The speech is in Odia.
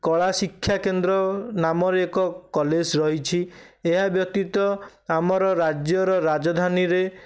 କଳା ଶିକ୍ଷାକେନ୍ଦ୍ର ନାମରେ ଏକ କଲେଜ ରହିଛି ଏହା ବ୍ୟତୀତ ଆମର ରାଜ୍ୟର ରାଜଧାନୀରେ